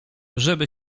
żeby